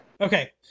okay